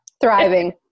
thriving